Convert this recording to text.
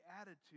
attitude